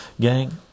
gang